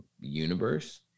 universe